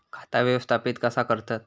खाता व्यवस्थापित कसा करतत?